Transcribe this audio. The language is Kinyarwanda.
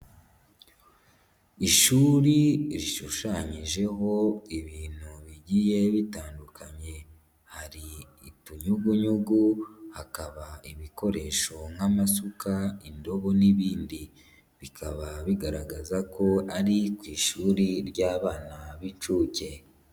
Ishuri rishushanyijeho ibintu bigiye bitandukanye hari utunyugunyugu hakaba ibikoresho nk'amasuka, indobo n'ibindi, bikaba bigaragaza ko ari ku ishuri ry'abana b'inshuke.